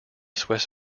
swiss